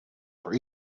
for